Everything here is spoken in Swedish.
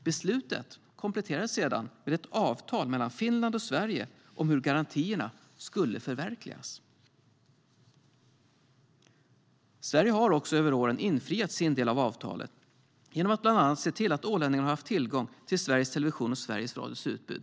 Beslutet kompletterades sedan med ett avtal mellan Finland och Sverige om hur garantierna skulle förverkligas. Sverige har genom åren infriat sin del av avtalet genom att bland annat se till att ålänningarna haft tillgång till Sveriges Televisions och Sveriges Radios utbud.